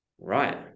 right